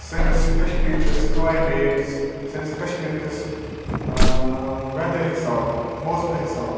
سٲنِس کَشمیٖرکِس کٕلایمیٹٕس سٲنِس کَشمیٖرکِس وٮ۪درٕ حِساب موسمہٕ حِساب